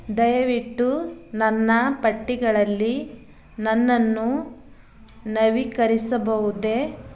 ದಯವಿಟ್ಟು ನನ್ನ ಪಟ್ಟಿಗಳಲ್ಲಿ ನನ್ನನ್ನು ನವೀಕರಿಸಬೌದೇ